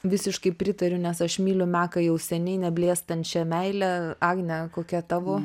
visiškai pritariu nes aš myliu meką jau seniai neblėstančia meile agne kokia tavo